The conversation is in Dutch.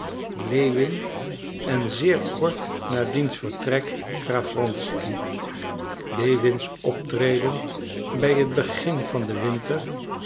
lewin en zeer kort na diens vertrek graaf wronsky lewins optreden bij het begin van den winter